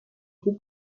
خوب